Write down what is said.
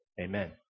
Amen